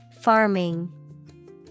Farming